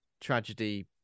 tragedy